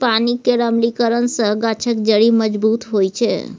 पानि केर अम्लीकरन सँ गाछक जड़ि मजबूत होइ छै